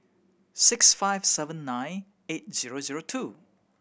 six five seven nine eight zero zero two